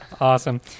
Awesome